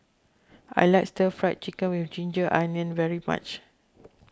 I like Stir Fried Chicken with Ginger Onions very much